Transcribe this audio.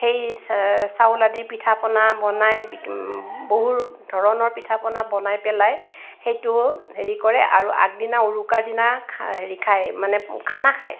সেই চাউল আদিৰ পিঠা পনা বনাই বহুত ধৰণৰ পিঠা পনা বনাই পেলাই সেইটো হেৰি কৰে আৰু আগদিনা উৰুকাৰ দিনা হেৰি খায় মানে খানা খায়